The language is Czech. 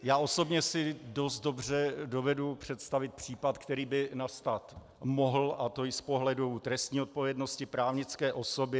Já osobně si dost dobře dovedu představit případ, který by nastat mohl, a to i z pohledu trestní odpovědnosti právnické osoby.